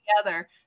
together